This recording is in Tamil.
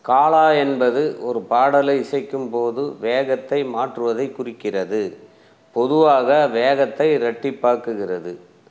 காலா என்பது ஒரு பாடலை இசைக்கும் போது வேகத்தை மாற்றுவதைக் குறிக்கிறது பொதுவாக வேகத்தை இரட்டிப்பாக்குகிறது